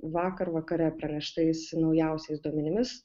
vakar vakare praneštais naujausiais duomenimis